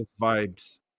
vibes